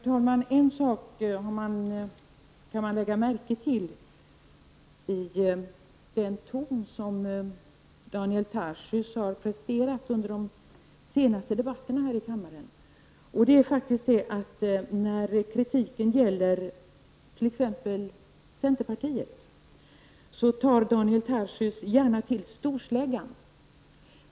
Herr talman! Vad som märks i den ton som Daniel Tarschys har presterat i de senaste debatterna här i kammaren är faktiskt det faktum att när kritiken gäller t.ex. centerpartiet tar Daniel Tarschys gärna till storsläggan.